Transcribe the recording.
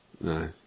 No